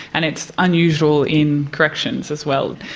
and it's unusual in corrections as well.